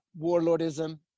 warlordism